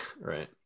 right